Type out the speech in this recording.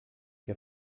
que